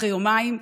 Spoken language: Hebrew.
אחרי יומיים,